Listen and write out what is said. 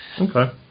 Okay